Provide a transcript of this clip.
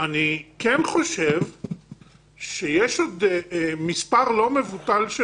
אני כן חושב שיש עוד מספר לא מבוטל של